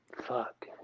fuck